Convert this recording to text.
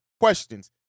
Questions